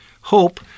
hope